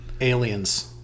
Aliens